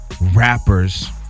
rappers